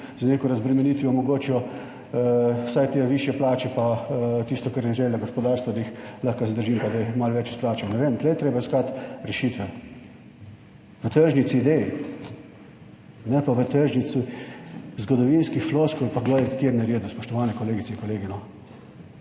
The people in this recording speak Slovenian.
z neko razbremenitvijo omogočijo vsaj te višje plače, pa tisto, kar je želja gospodarstva, da jih lahko zadržim, pa da je malo več izplačal, ne vem. Tu je treba iskati rešitve, na tržnici idej, ne pa v tržnici zgodovinskih floskul, pa kdo je kaj naredil, spoštovane kolegice in kolegi.